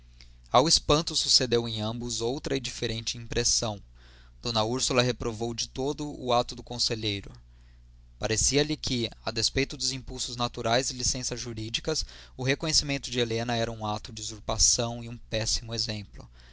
testamentária ao espanto sucedeu em ambos outra e diferente impressão d úrsula reprovou de todo o ato do conselheiro parecia-lhe que a despeito dos impulsos naturais e licenças jurídicas o reconhecimento de helena era um ato de usurpação e um péssimo exemplo